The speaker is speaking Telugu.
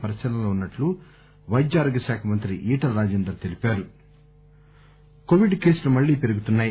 పరిశీలనలో ఉన్నట్టు వైద్య ఆరోగ్య శాఖ మంత్రి ఈటల రాజేందర్ తెలిపారు కోవిడ్ కేసులు మల్లీ పెరుగుతున్నాయి